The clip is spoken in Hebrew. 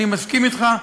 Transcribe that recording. אני מסכים אתך.